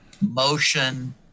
motion